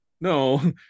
no